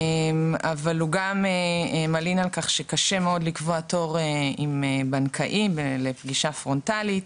אבל הוא גם מלין על כך שקשה מאוד לקבוע תור עם בנקאי לפגישה פרונטלית.